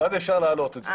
ואז יהיה אפשר להעלות את זה.